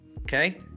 okay